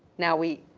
now we,